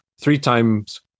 three-times